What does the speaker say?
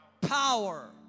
power